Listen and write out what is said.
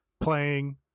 playing